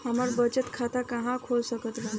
हम बचत खाता कहां खोल सकत बानी?